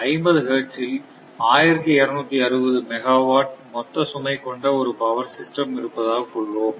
50 hertz ல் 1260 megawatt மொத்த சுமை கொண்ட ஒரு பவர் சிஸ்டம் இருப்பதாக கொள்வோம்